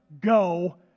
go